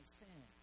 sin